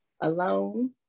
alone